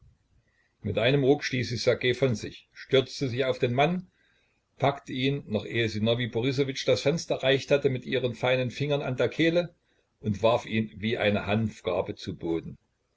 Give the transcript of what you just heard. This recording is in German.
mit einem ruck stieß sie ssergej von sich stürzte sich auf den mann packte ihn noch ehe sinowij borissowitsch das fenster erreicht hatte mit ihren feinen fingern an der kehle und warf ihn wie eine hanfgarbe zu boden